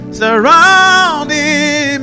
surrounding